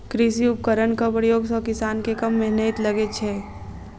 कृषि उपकरणक प्रयोग सॅ किसान के कम मेहनैत लगैत छै